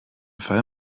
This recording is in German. fall